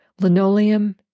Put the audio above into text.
linoleum